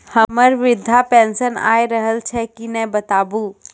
हमर वृद्धा पेंशन आय रहल छै कि नैय बताबू?